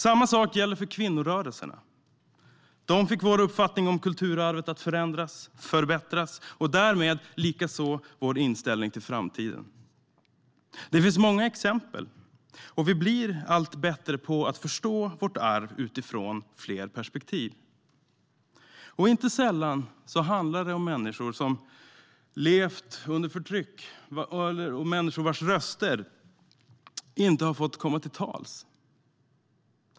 Samma sak gäller kvinnorörelserna. De fick vår uppfattning om kulturarvet att förändras och förbättras, och därmed likaså vår inställning till framtiden. Det finns många exempel, och vi blir allt bättre på att förstå vårt arv utifrån fler perspektiv. Inte sällan handlar det om människor som levt under förtryck och vars röster inte har fått komma till tals.